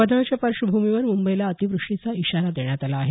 वादळाच्या पार्श्वभूमीवर मुंबईला अतिव्रष्टीचा इशारा देण्यात आला आहे